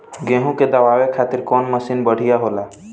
गेहूँ के दवावे खातिर कउन मशीन बढ़िया होला?